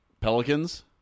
Pelicans